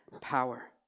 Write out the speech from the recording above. power